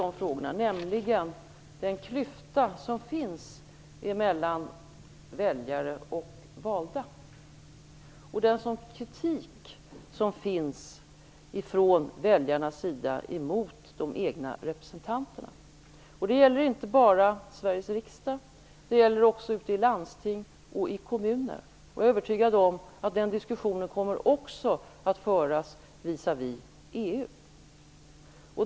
Det gäller den klyfta som finns mellan väljare och valda och den kritik som finns från väljarnas sida mot de egna representanterna. Det gäller inte bara Sveriges riksdag utan också ute i landsting och kommuner. Jag är övertygad om att den diskussionen också kommer att föras visavi EU.